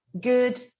good